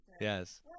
Yes